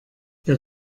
ihr